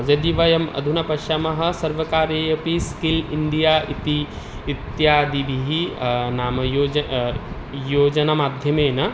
यदि वयम् अधुना पश्यामः सर्वकारे अपि स्किल् इण्डिया इति इत्यादिभिः नाम योज योजनामाध्यमेन